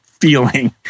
feeling